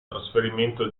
trasferimento